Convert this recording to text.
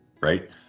right